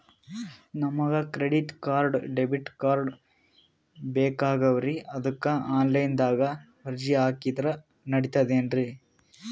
ನಮಗ credit card, debit card ಬೇಕಾಗ್ಯಾವ್ರೀ ಅದಕ್ಕ ಆನಲೈನದಾಗ ಅರ್ಜಿ ಹಾಕಿದ್ರ ನಡಿತದೇನ್ರಿ?